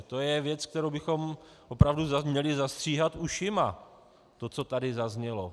To je věc, u které bychom opravdu měli zastříhat ušima, to, co tady zaznělo.